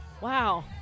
wow